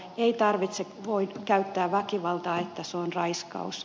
ei tarvitse käyttää väkivaltaa että se on raiskaus